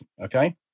okay